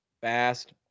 fast